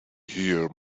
here